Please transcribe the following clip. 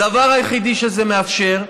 הדבר היחידי שזה מאפשר,